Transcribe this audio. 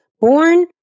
born